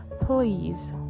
please